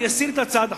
אני אסיר את הצעת החוק.